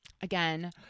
Again